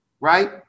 right